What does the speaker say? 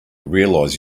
realize